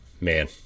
man